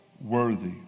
worthy